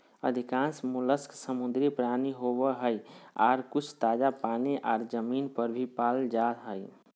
अधिकांश मोलस्क समुद्री प्राणी होवई हई, आर कुछ ताजा पानी आर जमीन पर भी पाल जा हई